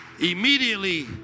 Immediately